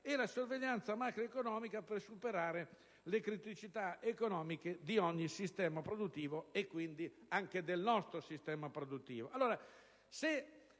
e la sorveglianza macroeconomica per superare le criticità economiche di ogni sistema produttivo e quindi anche del nostro. Se le premesse